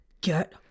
get